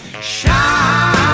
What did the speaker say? shine